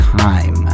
time